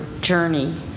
journey